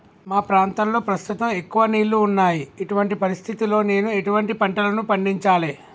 మా ప్రాంతంలో ప్రస్తుతం ఎక్కువ నీళ్లు ఉన్నాయి, ఇటువంటి పరిస్థితిలో నేను ఎటువంటి పంటలను పండించాలే?